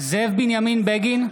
זאב בנימין בגין,